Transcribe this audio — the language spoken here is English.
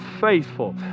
faithful